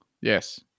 Yes